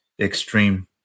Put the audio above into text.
extreme